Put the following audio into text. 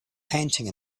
panting